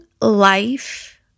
life